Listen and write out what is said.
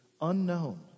unknown